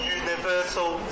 universal